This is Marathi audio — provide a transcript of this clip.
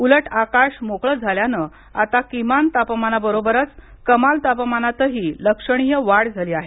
उलट आकाश मोकळं झाल्यानं आता किमान तापमानाबरोबरच कमाल तापमानातही लक्षणीय वाढ झाली आहे